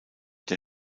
der